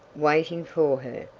waiting for her!